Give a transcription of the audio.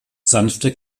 sanfte